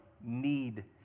need